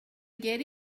get